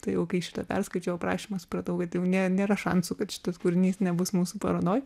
tai o kai šita perskaičiau aprašymą supratau kad jau nė nėra šansų kad šitas kūrinys nebus mūsų parodoj